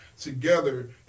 together